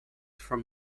from